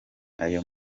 ayo